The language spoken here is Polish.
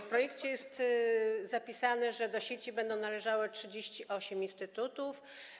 W projekcie jest zapisane, że do sieci będzie należało 38 instytutów.